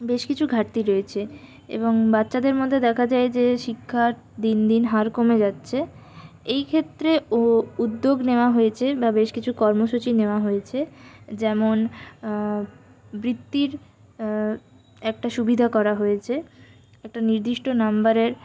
বেশ কিছু ঘাটতি রয়েছে এবং বাচ্চাদের মধ্যে দেখা যায় যে শিক্ষার দিন দিন হার কমে যাচ্ছে এই ক্ষেত্রে ও উদ্যোগ নেওয়া হয়েছে বা বেশ কিছু কর্মসূচি নেওয়া হয়েছে যেমন বৃত্তির একটা সুবিধা করা হয়েছে একটা নির্দিষ্ট নাম্বারের